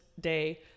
day